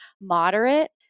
moderate